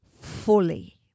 fully